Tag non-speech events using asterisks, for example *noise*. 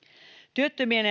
työttömien *unintelligible*